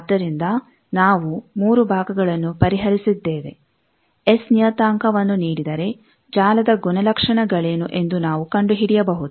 ಆದ್ದರಿಂದ ನಾವು 3 ಭಾಗಗಳನ್ನು ಪರಿಹರಿಸಿದ್ದೇವೆ ಎಸ್ ನಿಯತಾಂಕವನ್ನು ನೀಡಿದರೆ ಜಾಲದ ಗುಣಲಕ್ಷಣಗಳೇನು ಎಂದು ನಾವು ಕಂಡುಹಿಡಿಯಬಹುದು